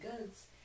goods